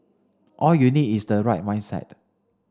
all you need is the right mindset